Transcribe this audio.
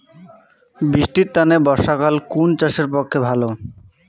বৃষ্টির তানে বর্ষাকাল কুন চাষের পক্ষে ভালো?